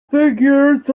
figures